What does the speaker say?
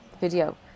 video